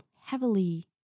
heavily